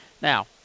Now